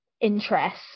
interest